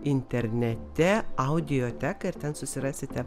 internete audioteką ir ten susirasite